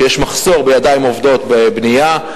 שכן יש מחסור בידיים עובדות בבנייה.